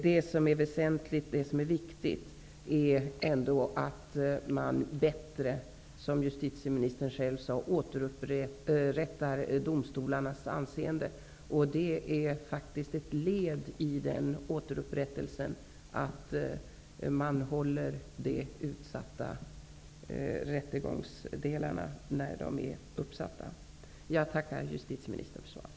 Det som är viktigt är ändå att man bättre, som justitieministern själv sade, återupprättar domstolarnas anseende. Det är faktiskt ett led i återupprättelsen att man håller de resterande rättegångsdelarna när de är utsatta. Jag tackar justitieministern för svaret.